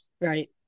right